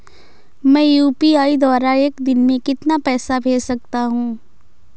मैं यू.पी.आई द्वारा एक दिन में कितना पैसा भेज सकता हूँ?